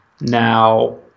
Now